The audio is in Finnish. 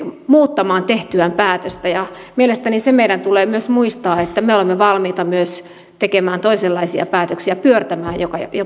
muuttamaan tehtyä päätöstä mielestäni se meidän tulee myös muistaa että me olemme valmiita myös tekemään toisenlaisia päätöksiä jopa pyörtämään